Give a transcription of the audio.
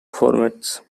formats